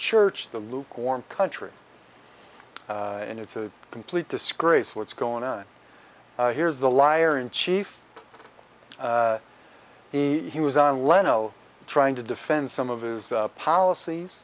church the lukewarm country and it's a complete disgrace what's going on here is the liar in chief he he was on leno trying to defend some of his policies